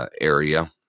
area